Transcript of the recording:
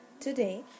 today